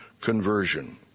conversion